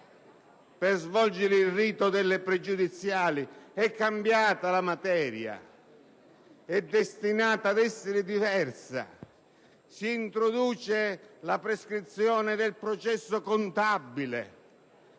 per svolgere il rito delle pregiudiziali. La materia infatti è cambiata, è destinata ad essere diversa. Si introduce la prescrizione del processo contabile